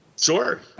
sure